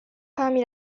parmi